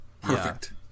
perfect